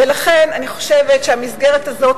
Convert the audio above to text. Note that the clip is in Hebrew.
ולכן אני חושבת שהמסגרת הזאת,